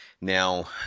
Now